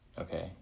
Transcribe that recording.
okay